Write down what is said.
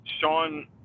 Sean